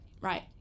Right